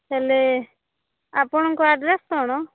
ହେଲେ ଆପଣଙ୍କ ଆଡ୍ରେସ୍ କ'ଣ